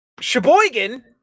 Sheboygan